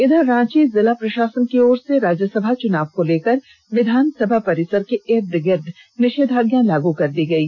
इधर रांची जिला प्रशासन की ओर से राज्यसभा चुनाव को लेकर विधानसभा परिसर के ईद गिर्द निषेधाज्ञा लागू की गयी